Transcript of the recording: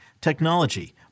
technology